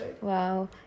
wow